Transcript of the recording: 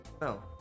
No